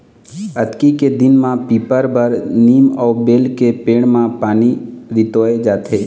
अक्ती के दिन म पीपर, बर, नीम अउ बेल के पेड़ म पानी रितोय जाथे